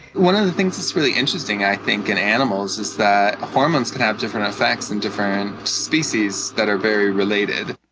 one of the things that's really interesting, i think, in animals, is that hormones can have different effects in different species that are very related.